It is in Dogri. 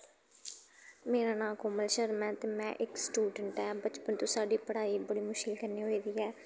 मेरा नांऽ कोमल शर्मा ऐ ते में इक स्टूडैंट ऐं बचपन तों साढ़ी पढ़ाई बड़ी मुश्कल कन्नै होई दी ऐ